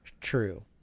True